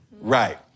Right